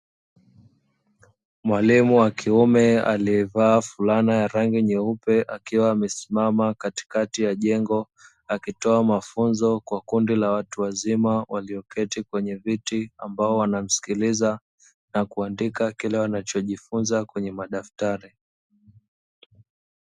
Mwalimu wa kiume aliyevaa fulana ya rangi nyeupe akiwa amesimama katikati ya jengo, akitoa mafunzo kwa kundi la watu wazima walioketi kwenye viti ambao wanamsikiliza na kuandika kile wanachojifunza kwenye madaftari.